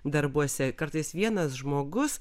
darbuose kartais vienas žmogus